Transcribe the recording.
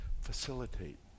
facilitate